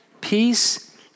peace